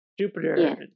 jupiter